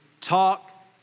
talk